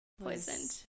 Poisoned